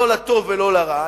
לא לטוב ולא לרע.